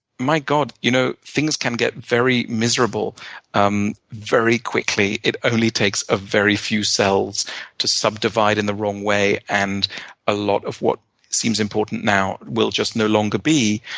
my god, you know things can get very miserable um very quickly. it only takes a very few cells to subdivide in the wrong way, and a lot of what seems important now will just no longer be.